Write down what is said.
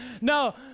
No